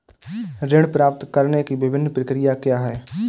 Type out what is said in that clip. ऋण प्राप्त करने की विभिन्न प्रक्रिया क्या हैं?